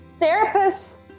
therapists